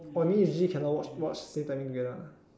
or you mean usually cannot watch watch same timing together